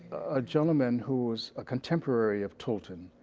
ah gentleman who was a contemporary of tolton,